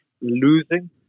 losing